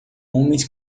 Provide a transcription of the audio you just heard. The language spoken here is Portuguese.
homens